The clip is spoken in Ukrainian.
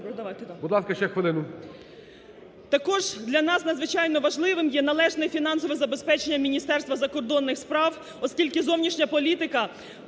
Також для нас надзвичайно важливим є належне фінансове забезпечення Міністерства закордонних справ, оскільки зовнішня політика